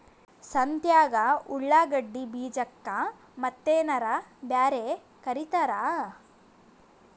ಸಂತ್ಯಾಗ ಉಳ್ಳಾಗಡ್ಡಿ ಬೀಜಕ್ಕ ಮತ್ತೇನರ ಬ್ಯಾರೆ ಕರಿತಾರ?